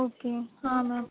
okay हां ma'am